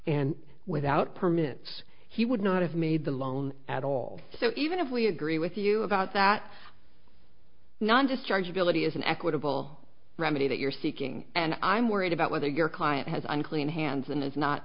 and without permits he would not have made the loan at all so even if we agree with you about that non destructive realty is an equitable remedy that you're seeking and i'm worried about whether your client has unclean hands and is not